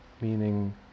meaning